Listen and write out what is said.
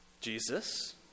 Jesus